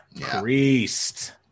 Priest